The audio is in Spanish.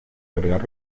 agregar